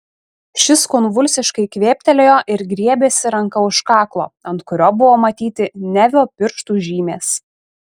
šis konvulsiškai kvėptelėjo ir griebėsi ranka už kaklo ant kurio buvo matyti nevio pirštų žymės